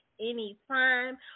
anytime